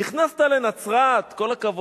נכנסת לנצרת, כל הכבוד.